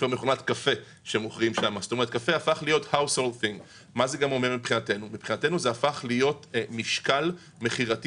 זה אומר מבחינתנו שמדובר במשקל מכירתי